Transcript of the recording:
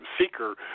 seeker